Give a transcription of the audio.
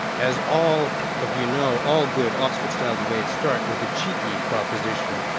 as all of you know, all good oxford-style debates start with a cheeky proposition.